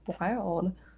wild